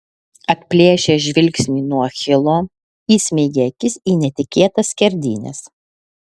atplėšęs žvilgsnį nuo achilo įsmeigė akis į netikėtas skerdynes